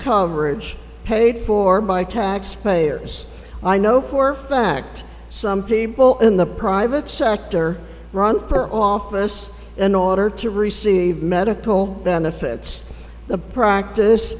coverage paid for by taxpayers i know for fact some people in the private sector run for office in order to receive medical benefits the practice